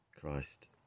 Christ